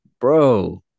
bro